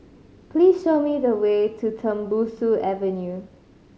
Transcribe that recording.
please show me the way to Tembusu Avenue